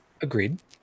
agreed